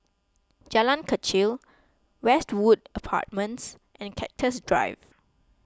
Jalan Kechil Westwood Apartments and Cactus Drive